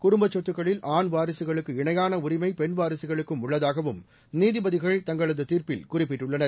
குடும்பச் சொத்துக்களில் ஆண் வாரிசுகளுக்கு இணையான உரிமை பெண் வாரிசுகளுக்கும் உள்ளதாகவும் நீதிபதிகள் தங்களது தீர்ப்பில் குறிப்பிட்டுள்ளனர்